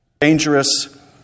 Dangerous